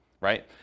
right